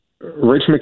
Rich